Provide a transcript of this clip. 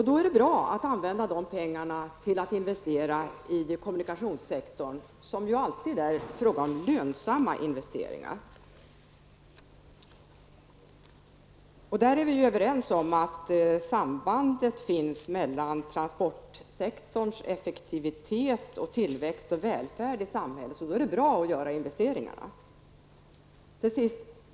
Dessa pengar kan därefter investeras i kommunikationssektorn, investeringar som alltid är att betrakta som lönsamma. Vi är överens om att det finns ett samband mellan transportsektorns effektivitet, tillväxt och välfärd i samhället. Därför är det bra att göra sådana investeringar.